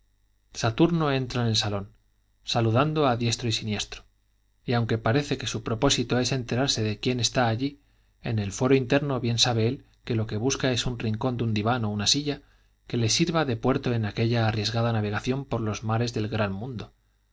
saturno entra en el salón saludando a diestro y siniestro y aunque parece que su propósito es enterarse de quién está allí en el fuero interno bien sabe él que lo que busca es un rincón de un diván o una silla que le sirva de puerto en aquella arriesgada navegación por los mares del gran mundo